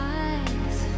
eyes